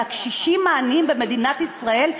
על הקשישים העניים במדינת ישראל,